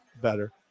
better